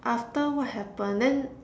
after what happened then